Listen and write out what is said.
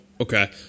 Okay